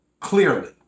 Clearly